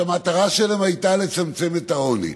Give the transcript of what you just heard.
שהמטרה שלהם הייתה לצמצם את העוני.